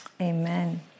Amen